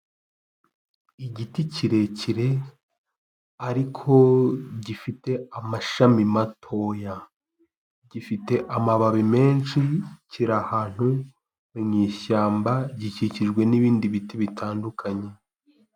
Igiti kirekire ariko gifite amashami matoya, gifite amababi menshi, kiri ahantu mu ishyamba gikikijwe n'ibindi biti bitandukanye.